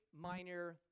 minor